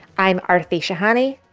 i'm aarti shahani.